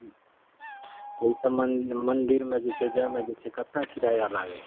हूँ ई सभमे मन्दिरमे जे छै जाइमे जे छै कतेक किराया लागै छै